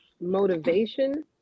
motivation